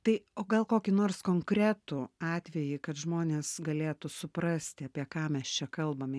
tai o gal kokį nors konkretų atvejį kad žmonės galėtų suprasti apie ką mes čia kalbame